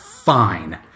Fine